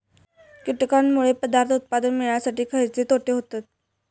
कीटकांनमुळे पदार्थ उत्पादन मिळासाठी खयचे तोटे होतत?